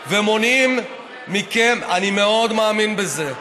ומונעים מכם, אני מאוד מאמין בזה,